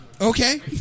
Okay